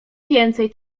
więcej